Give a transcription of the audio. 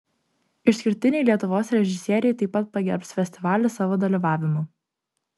išskirtiniai lietuvos režisieriai taip pat pagerbs festivalį savo dalyvavimu